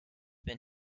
been